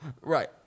Right